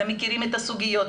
אתם מכירים את הסוגיות,